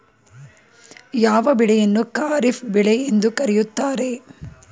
ಯಾವ ಬೆಳೆಯನ್ನು ಖಾರಿಫ್ ಬೆಳೆ ಎಂದು ಕರೆಯುತ್ತಾರೆ?